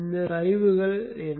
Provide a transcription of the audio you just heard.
இந்த சரிவுகள் என்ன